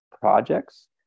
projects